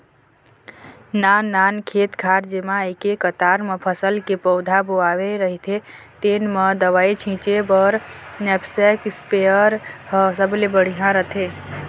नाननान खेत खार जेमा एके कतार म फसल के पउधा बोवाए रहिथे तेन म दवई छिंचे बर नैपसेक इस्पेयर ह सबले बड़िहा होथे